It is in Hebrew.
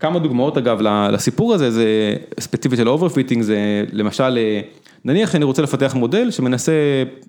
כמה דוגמאות אגב, לסיפור הזה, זה ספציפית של אוברפיטינג, זה למשל, נניח שאני רוצה לפתח מודל שמנסה...